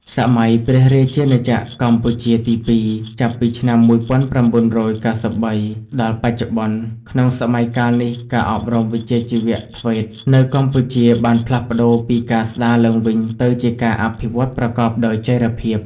សម័យព្រះរាជាណាចក្រកម្ពុជាទី២ ចាប់ពីឆ្នាំ ១៩៩៣ ដល់បច្ចុប្បន្ន ក្នុងសម័យកាលនេះ ការអប់រំវិជ្ជាជីវៈ ធ្វេត (TVET) នៅកម្ពុជាបានផ្លាស់ប្ដូរពីការស្តារឡើងវិញទៅជាការអភិវឌ្ឍប្រកបដោយចីរភាព។